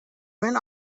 went